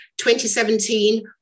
2017